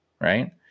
right